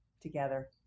together